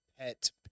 Pet